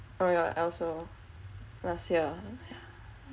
oh I also last year